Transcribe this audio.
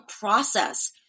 process